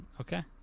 okay